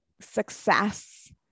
success